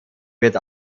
wird